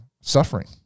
suffering